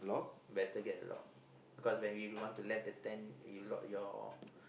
better get a lock because when we want to left the tent you lock your